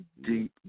deep